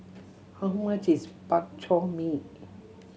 how much is Bak Chor Mee